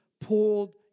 pulled